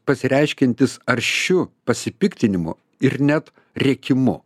pasireiškiantis aršiu pasipiktinimu ir net rėkimu